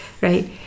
right